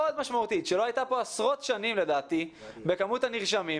משמעותית שלא הייתה פה עשרות שנים לדעתי בכמות הנרשמים,